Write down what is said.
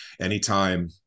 anytime